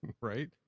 right